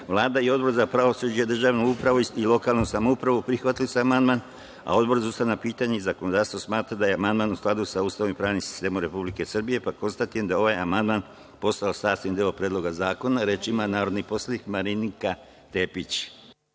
i Odbor za pravosuđe, državnu upravu i lokalnu samoupravu prihvatili su amandman. Odbor za ustavna pitanja i zakonodavstvo smatra da je amandman u skladu sa Ustavom i pravnim sistemom Republike Srbije. Konstatujem da je ovaj amandman postao sastavni deo Predloga zakona. Reč ima narodni poslanik Marinika Tepić.